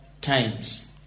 times